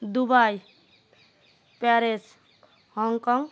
Dubai Paris Hong Kong